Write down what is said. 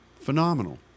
Phenomenal